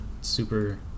Super